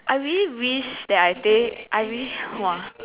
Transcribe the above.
I really wish that I stay I really !wah!